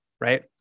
right